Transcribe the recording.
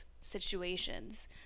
situations